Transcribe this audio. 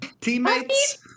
teammates